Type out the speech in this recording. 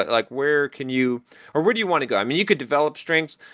like where can you or where do you want to go? um you could develop strengths,